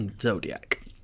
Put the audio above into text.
Zodiac